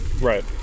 Right